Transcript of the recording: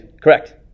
correct